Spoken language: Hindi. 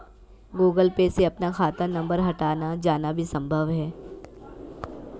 गूगल पे से अपना खाता नंबर हटाया जाना भी संभव है